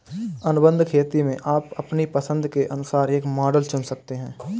अनुबंध खेती में आप अपनी पसंद के अनुसार एक मॉडल चुन सकते हैं